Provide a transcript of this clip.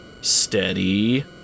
Steady